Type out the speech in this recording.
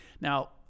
now